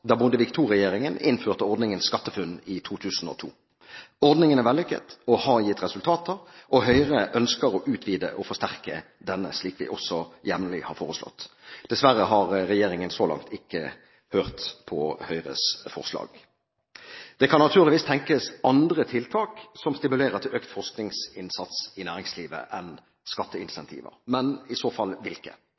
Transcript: da Bondevik II-regjeringen innførte ordningen SkatteFUNN i 2002. Ordningen er vellykket og har gitt resultater, og Høyre ønsker å utvide og forsterke denne, slik vi også jevnlig har foreslått. Dessverre har regjeringen så langt ikke hørt på Høyres forslag. Det kan naturligvis tenkes andre tiltak som stimulerer til økt forskningsinnsats i næringslivet enn skatteincentiver, men i så fall hvilke?